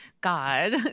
God